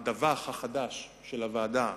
הדווח החדש של הוועדה,